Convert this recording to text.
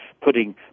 putting